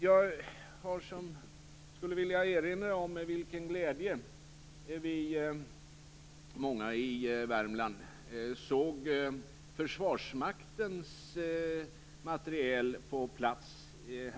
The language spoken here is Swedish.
Jag skulle vilja erinra om med vilken glädje många i Värmland under den senaste tiden sett Försvarsmaktens materiel på plats.